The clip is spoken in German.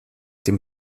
dem